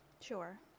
Sure